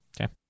Okay